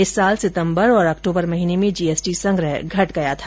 इस वर्ष सितंबर और अक्तूबर महीने में जीएसटी संग्रह घट गया था